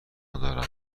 دارم